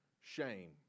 shame